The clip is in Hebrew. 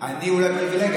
אני אולי פריבילגי,